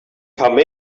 come